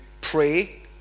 pray